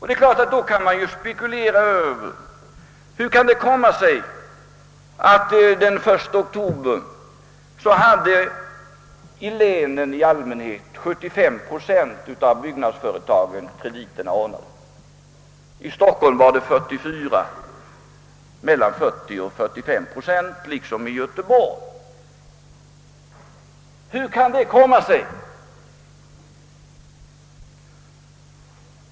Det är klart att man kan spekulera över hur det kan komma sig att byggnadsföretagen ute i länen i allmänhet hade 75 procent av krediterna ordnade den 1 oktober, medan siffran i Stockholm var mellan 40 och 45 procent liksom även i Göteborg. Hur kan det komma sig?